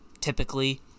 Typically